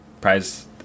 prize